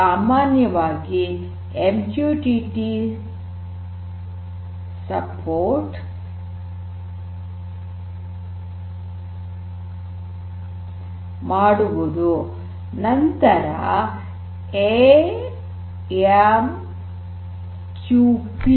ಸಾಮಾನ್ಯವಾಗಿ M Q T T ಬೆಂಬಲ ಮಾಡುವುದು ನಂತರ ಎ ಎಂ ಕ್ಯು ಪಿ